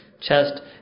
chest